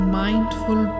mindful